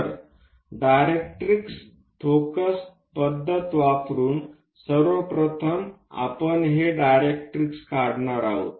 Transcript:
तर directrix focus पद्धत वापरुन सर्व प्रथम आपण हे डायरेक्ट्रिक्स काढणार आहोत